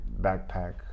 backpack